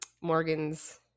Morgan's